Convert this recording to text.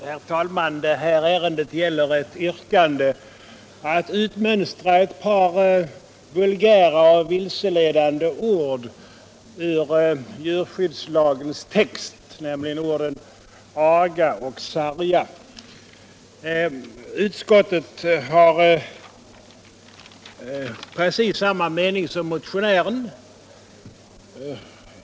Herr talman! Detta ärende gäller ett yrkande om utmönstring av ett par vulgära och vilseledande ord ur djurskyddslagens text, nämligen ”aga” och ”sarga”. Utskottet har precis samma mening som motionären.